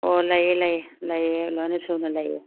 ꯑꯣ ꯂꯩꯌꯦ ꯂꯩꯌꯦ ꯂꯩꯌꯦ ꯂꯣꯏꯅ ꯁꯨꯅ ꯂꯩꯌꯦ